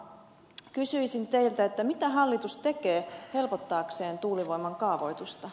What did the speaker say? kysyisin teiltä mitä hallitus tekee helpottaakseen tuulivoiman kaavoitusta